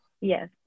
yes